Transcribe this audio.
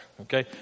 okay